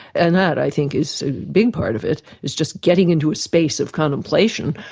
and that i think is a big part of it it's just getting into a space of contemplation.